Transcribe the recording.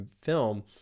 film